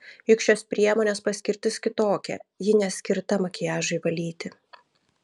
juk šios priemonės paskirtis kitokia ji neskirta makiažui valyti